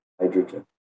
hydrogen